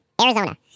Arizona